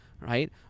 right